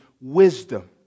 wisdom